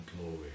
glory